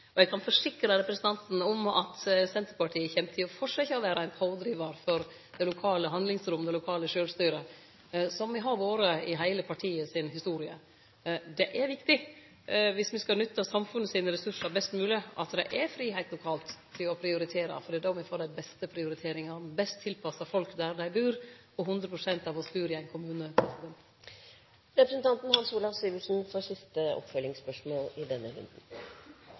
Eg kan forsikre representanten om at Senterpartiet framleis kjem til å vere ein pådrivar for det lokale handlingsrommet og det lokale sjølvstyret, som me har vore i heile partiet si historie. Det er viktig, dersom me skal nytte samfunnet sine ressursar best mogleg, at det er fridom lokalt til å prioritere, for det er då me får dei beste prioriteringane, best tilpassa folk der dei bur, og 100 pst. av oss bur i ein kommune. Hans Olav Syversen – til oppfølgingsspørsmål. Som stortingsrepresentanter har vi gleden av ganske ofte å reise i